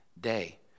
day